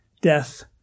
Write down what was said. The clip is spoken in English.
death